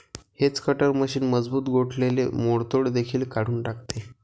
hedge cutter machine मजबूत गोठलेले मोडतोड देखील काढून टाकते